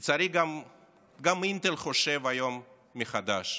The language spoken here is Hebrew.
לצערי, גם אינטל חושב היום מחדש.